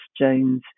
Jones